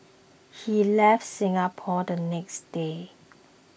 he left Singapore the next day